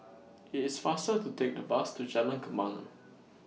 IT IS faster to Take The Bus to Jalan Kembangan